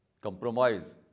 compromise